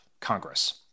Congress